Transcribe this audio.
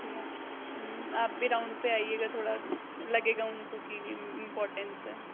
क्या आप भी राउन्ड पर आइएगा थोड़ा लगेगा उनको कि इम्पॉर्टेन्स है